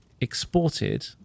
exported